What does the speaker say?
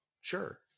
sure